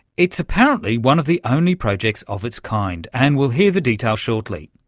it's apparently one of the only projects of its kind, and we'll hear the details shortly.